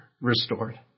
restored